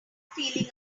feeling